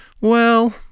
Well